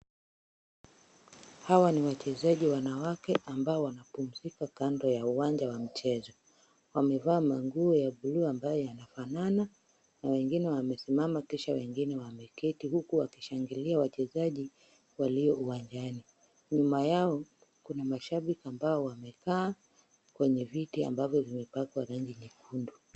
Hawa ni wachezaji wanawake ambao ambao wamepumzika kando ya uwanja wa mchezo. Wamevaa nguo za buluu ambazo zimefanana na wengine wamesimama kisha wengine wameketi huku wakishangilia wachezaji walio uwanjani. Nyuma yao kuna mashabiki ambao wamekaa kwenye viti ambavyo vimepakwa rangi nyekundu.